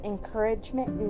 Encouragement